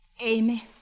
Amy